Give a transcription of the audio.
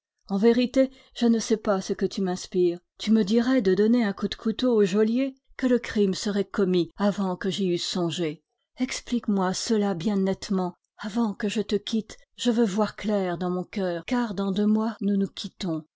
en vérité je ne sais pas ce que tu m'inspires tu me dirais de donner un coup de couteau au geôlier que le crime serait commis avant que j'y eusse songé explique-moi cela bien nettement avant que je te quitte je veux voir clair dans mon coeur car dans